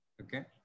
Okay